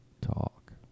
talk